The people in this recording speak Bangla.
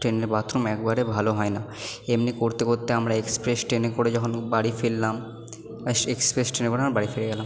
ট্রেনের বাথরুম একবারে ভালো হয় না এমনি করতে করতে আমরা এক্সপ্রেস ট্রেনে করে যখন বাড়ি ফিরলাম এক্সপ্রেস ট্রেনে করে আমরা বাড়ি ফিরে গেলাম